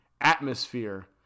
atmosphere